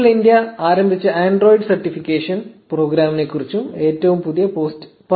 Google India ആരംഭിച്ച Android certification പ്രോഗ്രാമിനെക്കുറിച്ചും ഏറ്റവും പുതിയ പോസ്റ്റ് പറയുന്നു